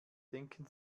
denken